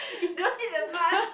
you don't need the mask